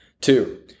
Two